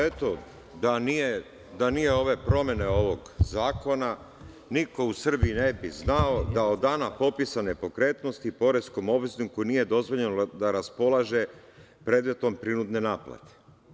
Eto, da nije ove promene ovog zakona, niko u Srbiji ne bi znao da od dana popisa nepokretnosti poreskom obvezniku nije dozvoljeno da raspolaže predmetom prinudne naplate.